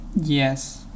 Yes